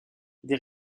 des